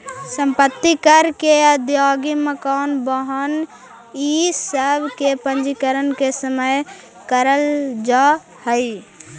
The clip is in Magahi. सम्पत्ति कर के अदायगी मकान, वाहन इ सब के पंजीकरण के समय करल जाऽ हई